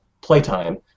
playtime